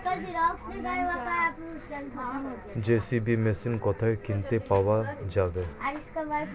JCB machine কোথায় কিনতে পাওয়া যাবে?